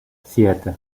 siete